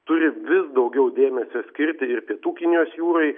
turi vis daugiau dėmesio skirti ir pietų kinijos jūrai